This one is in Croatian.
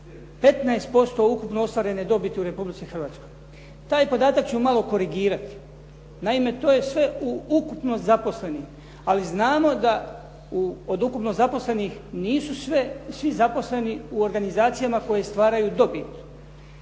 15% ukupno ostvarene dobiti u Republici Hrvatskoj. Taj podatak ću malo korigirati. Naime to je sve u ukupno zaposlenim, ali znamo da od ukupno zaposlenih nisu svi zaposleni u organizacijama koje stvaraju dobit.